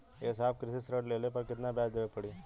ए साहब कृषि ऋण लेहले पर कितना ब्याज देवे पणी?